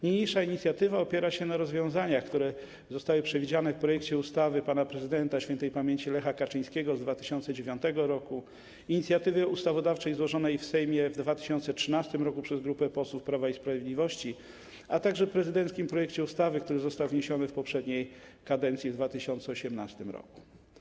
Niniejsza inicjatywa opiera się na rozwiązaniach, które zostały przewidziane w projekcie ustawy śp. pana prezydenta Lecha Kaczyńskiego z 2009 r., inicjatywie ustawodawczej złożonej w Sejmie w 2013 r. przez grupę posłów Prawa i Sprawiedliwości, a także w prezydenckim projekcie ustawy, który został wniesiony w poprzedniej kadencji, w 2018 r.